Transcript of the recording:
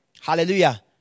Hallelujah